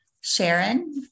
Sharon